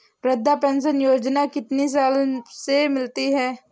वृद्धा पेंशन योजना कितनी साल से मिलती है?